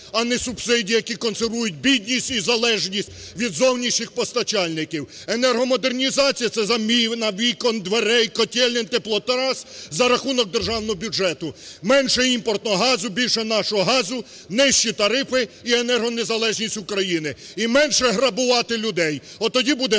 а не субсидії, які консервують бідність і залежність від зовнішніх постачальників. Енергомодернізація – це заміна вікон, дверей, котелень, теплотрас за рахунок державного бюджету. Менше імпортного газу, більше нашого газу, нижчі тарифи і енергонезалежність України, і менше грабувати людей, отоді буде